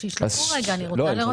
שישלחו בבקשה, אני רוצה לראות.